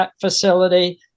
facility